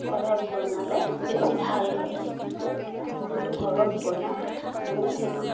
ঘৰত বনালে বেছি ভাল হয় আমি কিন্তু ঘৰত বনা বওঁ সেইটোতো